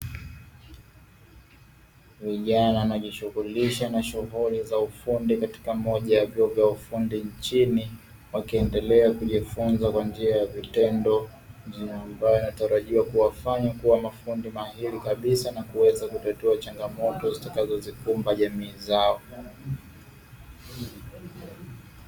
Vijana wanaojishughulisha na shughuli za ufundi katika moja ya vyuo vya ufundi nchini wakiendelea kujifunza kwa njia ya vitendo. Mafunzo yanayotarajiwa kuwafanya kuwa mafundi mahiri kabisa na kuweza kutatua changamoto zitazoweza kukumba jamii zao.